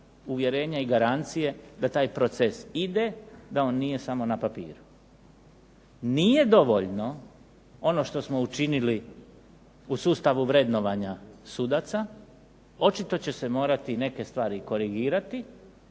uvjerenja i garancije da taj proces ide, da on nije samo na papiru. Nije dovoljno ono što smo učinili u sustavu vrednovanja sudaca, očito će se morati neke stvari korigirati